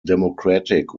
democratic